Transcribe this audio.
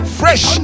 fresh